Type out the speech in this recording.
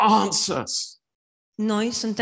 answers